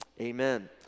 amen